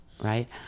Right